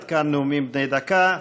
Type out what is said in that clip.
עד כאן נאומים בני דקה.